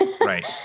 Right